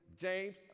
James